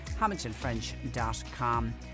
hamiltonfrench.com